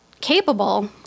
capable